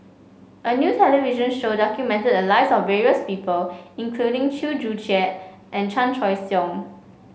a new television show documented the lives of various people including Chew Joo Chiat and Chan Choy Siong